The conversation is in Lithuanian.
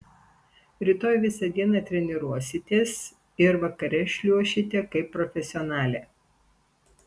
rytoj visą dieną treniruositės ir vakare šliuošite kaip profesionalė